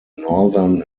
northern